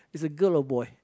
is a girl or boy